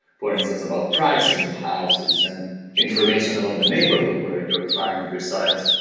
for instance about pricing of houses and information about the neighborhood where your client resides.